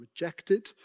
rejected